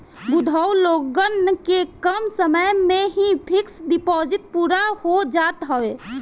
बुढ़ऊ लोगन के कम समय में ही फिक्स डिपाजिट पूरा हो जात हवे